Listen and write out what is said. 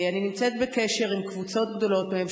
אני נמצאת בקשר עם קבוצות גדולות מהם,